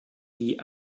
die